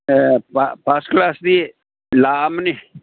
ꯑꯦ first ꯀ꯭ꯂꯥꯁꯇꯤ ꯂꯥꯛ ꯑꯃꯅꯤ